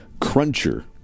cruncher